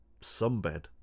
sunbed